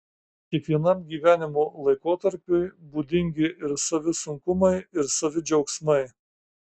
kiekvienam gyvenimo laikotarpiui būdingi ir savi sunkumai ir savi džiaugsmai